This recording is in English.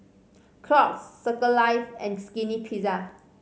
Crocs Circles Life and Skinny Pizza